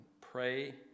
pray